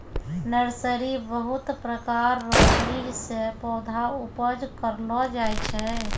nursery बहुत प्रकार रो बीज से पौधा उपज करलो जाय छै